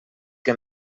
que